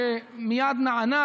שמייד נענה,